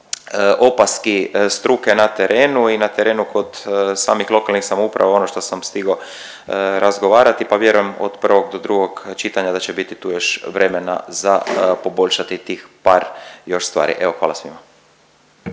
opaski struke na terenu i na terenu kod samih lokalnih samouprava ono što sam stigao razgovarati pa vjerujem od prvog do drugog čitanja da će biti tu još vremena za poboljšati tih par još stvari, evo hvala svima.